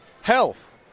Health